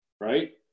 right